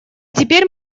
теперь